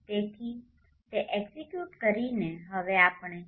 તેથી તે એક્ઝીક્યુટ કરીને હવે આપણે parallel